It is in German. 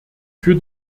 für